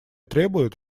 требует